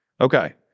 Okay